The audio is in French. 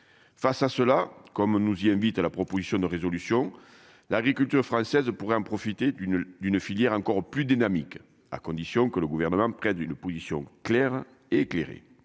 face à cela, comme nous y invite, à la proposition de résolution l'agriculture française pourrait en profiter d'une d'une filière encore plus dynamique, à condition que le gouvernement prenne une position claire et éclairé,